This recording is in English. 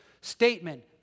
statement